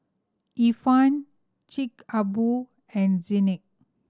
Ifan Chic a Boo and Zinc